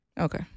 Okay